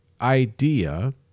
idea